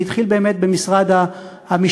זה התחיל באמת במשרד המשפטים,